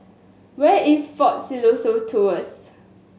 where is Fort Siloso Tours